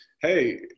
hey